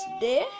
day